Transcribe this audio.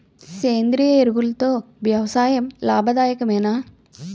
సేంద్రీయ ఎరువులతో వ్యవసాయం లాభదాయకమేనా?